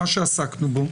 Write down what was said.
מה שעסקנו בו,